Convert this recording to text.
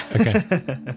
Okay